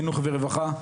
חינוך ורווחה,